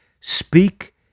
speak